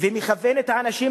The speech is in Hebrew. ומכוון את האנשים,